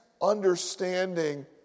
understanding